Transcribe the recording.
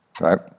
right